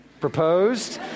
proposed